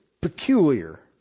peculiar